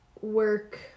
work